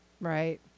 Right